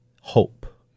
hope